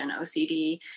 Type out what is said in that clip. OCD